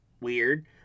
weird